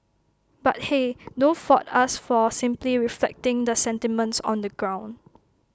but hey don't fault us for simply reflecting the sentiments on the ground